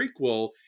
prequel